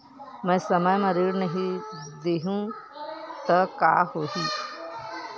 मैं समय म ऋण नहीं देहु त का होही